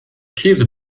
käse